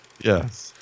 Yes